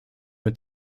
mit